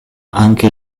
anche